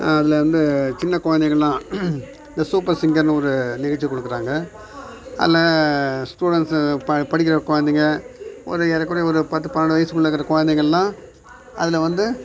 அதில் வந்து சின்ன குழந்தைகள்லாம் இந்த சூப்பர் சிங்கர்ன்னு ஒரு நிகழ்ச்சி கொடுக்குறாங்க அதில் ஸ்டுடென்ட்ஸு ப படிக்கிற குழந்தைங்க ஒரு ஏறக்குறைய ஒரு பத்து பன்னெரெண்டு வயசுக்குள்ளே இருக்கிற குழந்தைங்க எல்லாம் அதில் வந்து